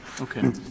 Okay